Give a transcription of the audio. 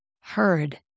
heard